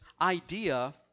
idea